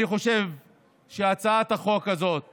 אני חושב שהצעת החוק הזאת